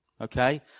Okay